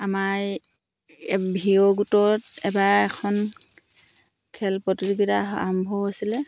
আমাৰ ভিয়' গোটত এবাৰ এখন খেল প্ৰতিযোগীতা আৰম্ভ হৈছিলে